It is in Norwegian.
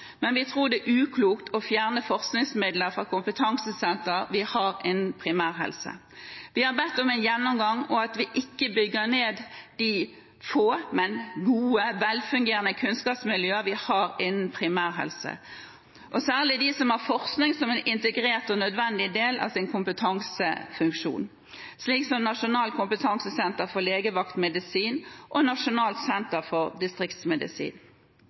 men vi tror det er uklokt å fjerne forskningsmidler fra kompetansesenter vi har innen primærhelse. Vi har bedt om en gjennomgang og at vi ikke bygger ned de få, men gode, velfungerende kunnskapsmiljøer vi har innen primærhelse, særlig de som har forskning som en integrert og nødvendig del av sin kompetansefunksjon, slik som Nasjonalt kompetansesenter for legevaktmedisin og Nasjonalt senter for distriktsmedisin.